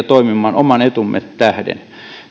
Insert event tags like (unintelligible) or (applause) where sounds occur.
(unintelligible) toimimaan oman etumme tähden